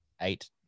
eight